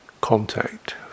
contact